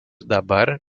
dabar